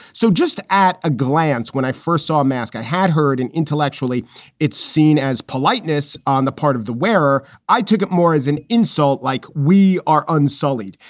so just at a glance, when i first saw mask, i had heard an intellectually intellectually it's seen as politeness on the part of the wearer. i took it more as an insult. like we are unsullied,